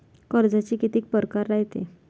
कर्जाचे कितीक परकार रायते?